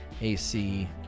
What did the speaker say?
AC